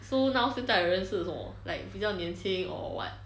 so now 现在的人是什么 like 比较年轻 or what